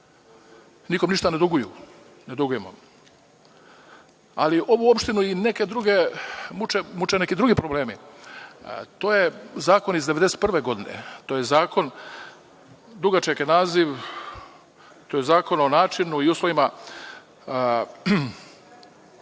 Nikom ništa ne dugujemo. Ali, ovu opštinu i neke druge muče neki drugi problemi. To je zakon iz 1991. godine. Dugačak je naziv, to je Zakon o načinu i uslovima